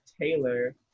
Taylor